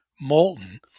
molten